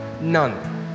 None